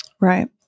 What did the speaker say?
Right